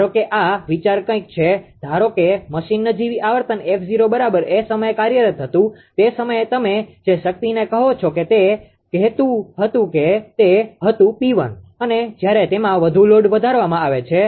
ધારો કે આ વિચાર કંઈક છે ધારો કે મશીન નજીવી આવર્તન 𝑓0 બરાબર એ સમયે કાર્યરત હતું તે સમયે તમે જે શક્તિને કહો છો તે કહેતું હતું કે તે હતું 𝑃1 અને જ્યારે તેમાં વધુ લોડ વધારવામાં આવે છે